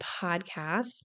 podcast